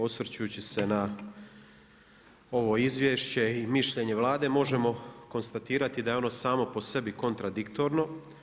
Osvrćući se na ovo izvješće i mišljenje Vlade možemo konstatirati da je ono samo po sebi kontradiktorno.